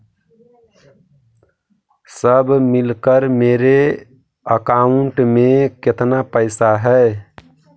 सब मिलकर मेरे अकाउंट में केतना पैसा है?